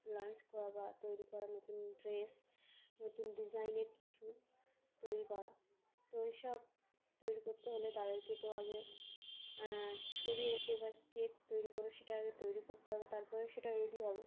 lunch করা বা তৈরি করা নতুন ড্রেস নতুন ডিজাইনের কিছু তৈরি করা তো এই সব তৈরি করতে হলে তাদেরকে তো আগে ছবি এঁকে বা স্কেচ তৈরি করে সেটা আগে তৈরি করতে হবে তারপরে সেটা রেডি হবে